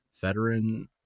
veteran